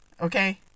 okay